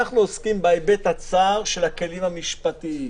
אנחנו עוסקים בהיבט הצר של הכלים המשפטיים.